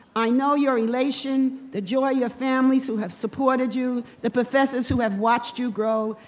i know your relation, the joy your families who have supported you, the professors who have watched you grow,